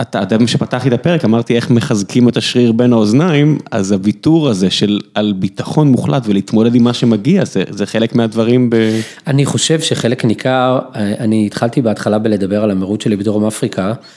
אתה, כשפתחתי את הפרק אמרתי איך מחזקים את השריר בין האוזניים, אז הוויתור הזה של על ביטחון מוחלט ולהתמודד עם מה שמגיע, זה חלק מהדברים ב... אני חושב שחלק ניכר, אני התחלתי בהתחלה בלדבר על המירות שלי בדרום אפריקה.